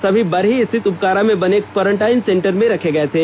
सभी बरही स्थित उपकारा में बने क्वारेन्टीन सेंटर में रखे गए थे